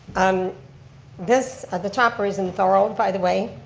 um this, the topper is in thorold by the way.